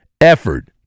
effort